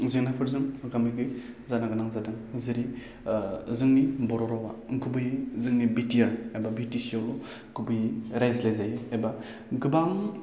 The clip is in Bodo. जेंनाफोरजों मोगा मोगि जानो गोनां जादों जेरै जोंनि बर' रावा गुबैयै जोंनि बि टि आर एबा बिटिसिआवल' गुबैयै रायज्लायजायो एबा गोबां